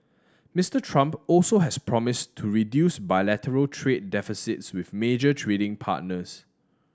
Mister Trump also has promised to reduce bilateral trade deficits with major trading partners